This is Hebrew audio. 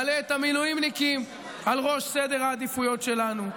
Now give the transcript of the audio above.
מעלה את המילואימניקים על ראש סדר העדיפויות שלנו,